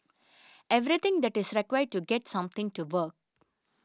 everything that is required to get something to work